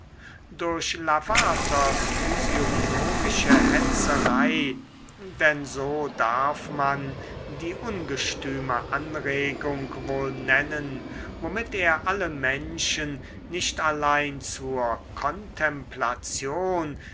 durch lavaters physiognomische hetzerei denn so darf man die ungestüme anregung wohl nennen womit er alle menschen nicht allein zur kontemplation